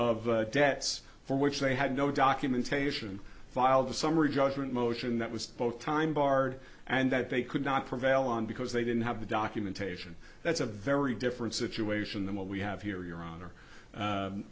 of debts for which they had no documentation filed a summary judgment motion that was both time barred and that they could not prevail on because they didn't have the documentation that's a very different situation than what we have here your honor